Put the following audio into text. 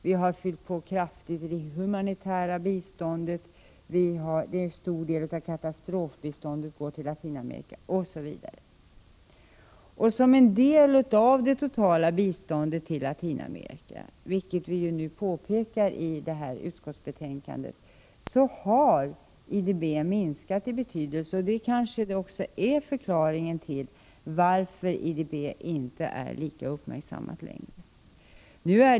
Vi har fyllt på kraftigt i det humanitära biståndet, och en stor del av katastrofbiståndet går till Latinamerika, osv. Som en del av det totala biståndet till Latinamerika har IDB:s betydelse minskat, vilket vi påpekat i utskottsbetänkandet, och det är kanske också förklaringen till att IDB inte är lika uppmärksammad längre.